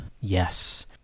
Yes